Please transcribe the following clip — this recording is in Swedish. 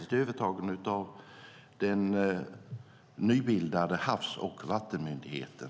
De har övertagits av den nybildade Havs och vattenmyndigheten.